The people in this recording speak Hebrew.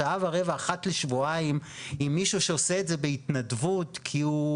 השעה ורבע הזו אחת לשבועיים עם מישהו שעושה את זה בהתנדבות כי הוא,